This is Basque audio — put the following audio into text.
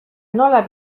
nola